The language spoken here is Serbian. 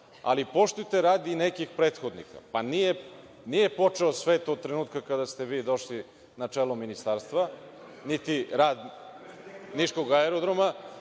poštujte rad i nekih prethodnika. Nije počelo sve od trenutka kada ste vi došli na čelo ministarstva, niti rad niškog aerodroma.